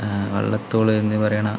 വള്ളത്തോള് എന്നിവരാണ്